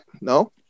No